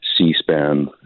C-SPAN